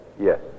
yes